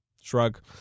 Shrug